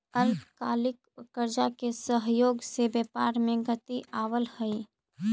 अल्पकालिक कर्जा के सहयोग से व्यापार में गति आवऽ हई